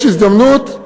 יש הזדמנות.